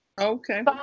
okay